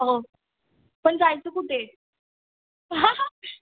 हो पन जायचं कुठे